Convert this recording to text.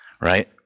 right